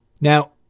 Now